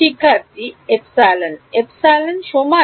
epsilon এপসিলনের সমান